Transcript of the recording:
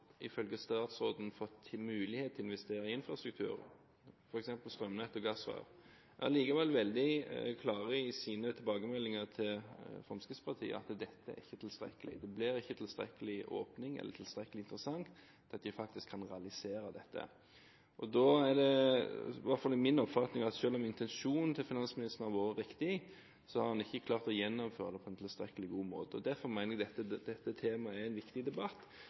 ifølge statsråden – fått mulighet til å investere i infrastruktur, f.eks. strømnett og gassrør, er allikevel veldig klare i sine tilbakemeldinger til Fremskrittspartiet på at dette ikke er tilstrekkelig. Det blir ikke tilstrekkelig åpning eller tilstrekkelig interessant til at de faktisk kan realisere dette. Det er min oppfatning at selv om intensjonen til finansministeren har vært riktig, så har han ikke klart å gjennomføre det på en tilstrekkelig god måte. Derfor mener jeg dette temaet er en viktig debatt,